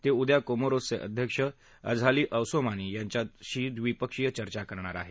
ते उद्या कोरोमोरचे अध्यक्ष अझाली असौमानी यांच्याशी द्विपक्षिय चर्चा करणार आहेत